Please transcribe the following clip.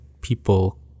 people